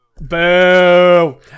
Boo